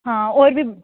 आं होर बी